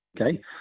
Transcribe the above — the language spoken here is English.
okay